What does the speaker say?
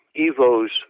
Evo's